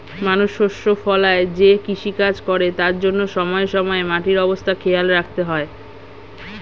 মানুষ শস্য ফলায় যে কৃষিকাজ করে তার জন্যে সময়ে সময়ে মাটির অবস্থা খেয়াল রাখতে হয়